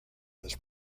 was